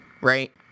right